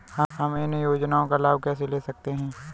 हम इन योजनाओं का लाभ कैसे ले सकते हैं?